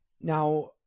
Now